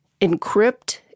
encrypt